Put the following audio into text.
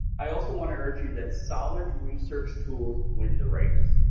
i also want to urge you that solid research tools win the race.